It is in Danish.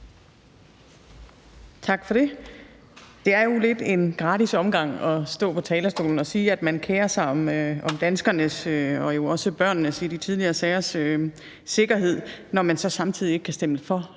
Tak for det. Det er jo lidt en gratis omgang at stå på talerstolen og sige, at man kerer sig om danskernes og jo også, i forhold til de tidligere sager, børnenes sikkerhed, når man så samtidig ikke kan stemme for